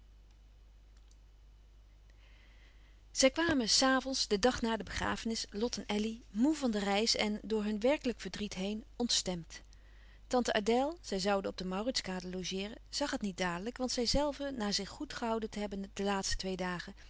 thuis zij kwamen's avonds den dag na de begrafenis lot en elly moê van de reis en door hun werkelijk verdriet heen ontstemd tante adèle zij zouden op de mauritskade logeeren zag het niet dadelijk want zijzelve na zich goed gehouden te hebben de twee laatste dagen